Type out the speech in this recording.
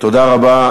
תודה רבה.